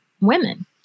women